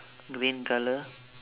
green colour